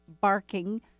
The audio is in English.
barking